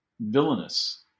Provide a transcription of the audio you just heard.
villainous